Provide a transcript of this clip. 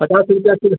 पचास रुपये किलो